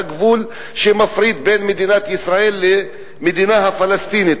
הגבול שמפריד בין מדינת ישראל למדינה הפלסטינית,